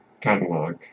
catalog